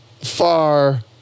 far